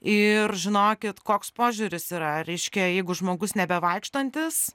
ir žinokit koks požiūris yra reiškia jeigu žmogus nebevaikštantis